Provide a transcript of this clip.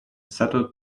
settled